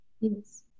Yes